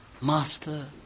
Master